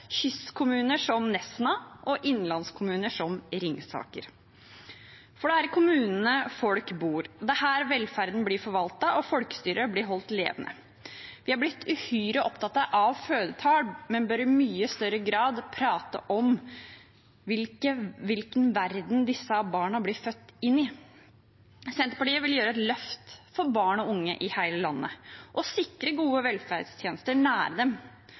kystkommuner som Nesna og innlandskommuner som Ringsaker. Det er i kommunene folk bor. Det er her velferden blir forvaltet, og folkestyret blir holdt levende. Vi er blitt uhyre opptatt av fødetall, men bør i mye større grad prate om hvilken verden disse barna blir født inn i. Senterpartiet vil gjøre et løft for barn og unge i hele landet og sikre gode velferdstjenester nær dem.